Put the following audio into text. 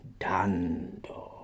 dando